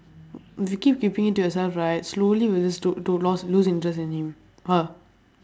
you keep keeping it to yourself right slowly you will to to lost lose interest in him her